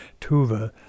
Tuva